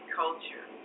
culture